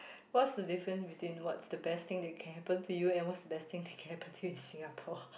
what's the difference between what's the best thing that can happen to you and what's the best thing that can happen to you in Singapore